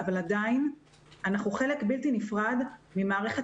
אבל עדיין אנחנו חלק בלתי נפרד ממערכת